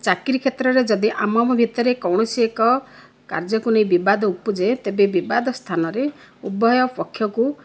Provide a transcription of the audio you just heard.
ଚାକିରି କ୍ଷେତ୍ରରେ ଯଦି ଆମ ଆମ ଭିତରେ କୌଣସି ଏକ କାର୍ଯ୍ୟକୁ ନେଇ ବିବାଦ ଉପୁଜେ ତେବେ ବିବାଦ ସ୍ଥାନରେ ଉଭୟ ପକ୍ଷକୁ